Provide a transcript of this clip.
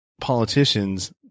politicians